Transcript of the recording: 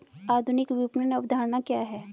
आधुनिक विपणन अवधारणा क्या है?